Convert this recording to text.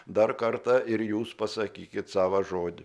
dar kartą ir jūs pasakykit savą žodį